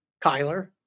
Kyler